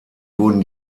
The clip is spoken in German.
wurden